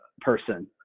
person